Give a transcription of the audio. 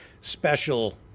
special